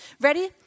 Ready